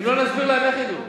אם לא נסביר להם, איך ידעו?